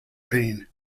pain